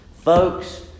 Folks